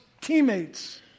teammates